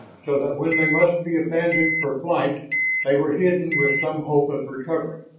so that when they must be abandoned for flight they were hidden with some hope of recovery.